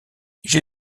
j’ai